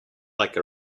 like